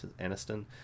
Aniston